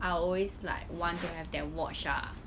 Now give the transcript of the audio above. I would always want to have that watch ah